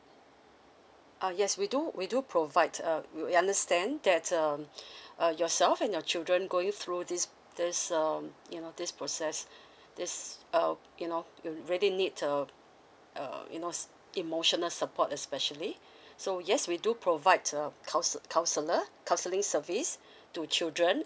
uh yes we do we do provide um we understand that um uh yourself and your children going through this this um you know this process this uh you know you really need the uh you know emotional support especially so yes we do provide um couns~ counsellor counselling service to children